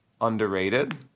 underrated